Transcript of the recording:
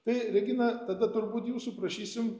tai regina tada turbūt jūsų prašysim